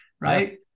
right